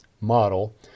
model